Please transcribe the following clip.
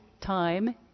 time